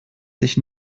sich